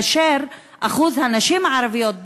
ואחוז הנשים הערביות,